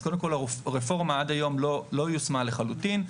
קודם כל הרפורמה עד היום לא יושמה לחלוטין.